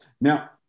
Now